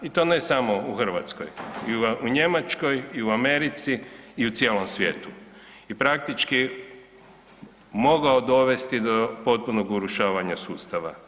I to ne samo u Hrvatskoj i u Njemačkoj i u Americi i u cijelom svijetu i praktički mogao dovesti do potpunog urušavanja sustava.